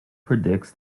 predicts